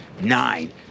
nine